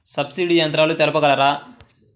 Subsidy యంత్రాలు తెలుపగలరు?